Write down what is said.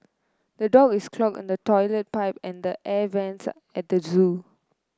the dog is clog in the toilet pipe and the air vents at the zoo